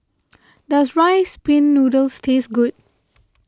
does Rice Pin Noodles taste good